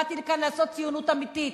באתי לכאן לעשות ציונות אמיתית.